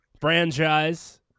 franchise